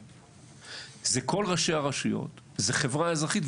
לכל ראשי הרשויות ולחברה האזרחית.